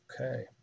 Okay